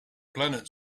planet